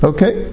Okay